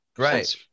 Right